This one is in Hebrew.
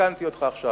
ועדכנתי אותך עכשיו.